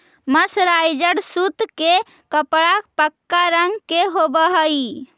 mercerised सूत के कपड़ा पक्का रंग के होवऽ हई